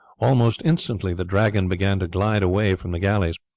almost instantly the dragon began to glide away from the galleys.